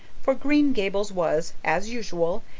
for green gables was, as usual,